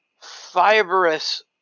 fibrous